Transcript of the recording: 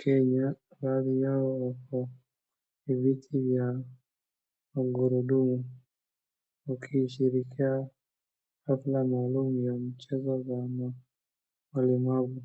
Kenya. Baadhi yao wako na viti vya magurudumu wakishiriki hafla maalum ya michezo za walemavu.